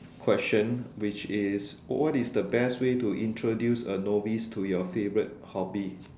question which is what is the best way to introduce a novice to your favourite hobby